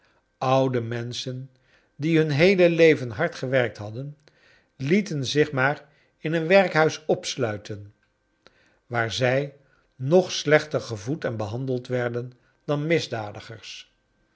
oude menschen die hun heele leven hard gewerkt hadden lieten zich maar in een werkhuis opsluiten waar zij nog slechter gevoed en behandeld werden dan misdadigers